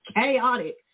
chaotic